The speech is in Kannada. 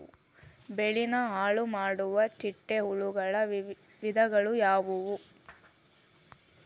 ಬೆಳೆನ ಹಾಳುಮಾಡುವ ಚಿಟ್ಟೆ ಹುಳುಗಳ ವಿಧಗಳು ಯಾವವು?